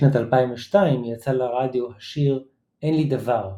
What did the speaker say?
בשנת 2002 יצא לרדיו השיר "אין לי דבר"